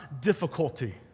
difficulty